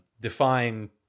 define